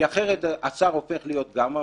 כי אחרת השר הופך להיות גם המבצע